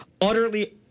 Utterly